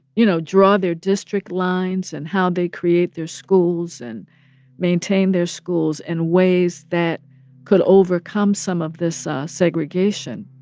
you know, draw their district lines and how they create their schools and maintain their schools in and ways that could overcome some of this segregation.